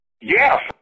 Yes